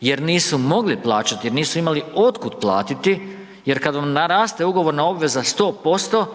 jer nisu mogli plaćati jer nisu imali od kud platiti jer kad vam naraste ugovorna obveza 100%